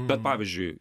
bet pavyzdžiui